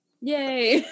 Yay